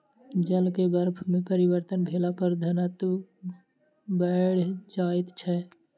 जल के बर्फ में परिवर्तन भेला पर घनत्व बैढ़ जाइत छै